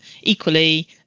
equally